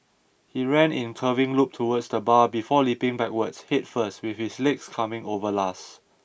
he ran in curving loop towards the bar before leaping backwards head first with his legs coming over last